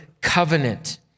covenant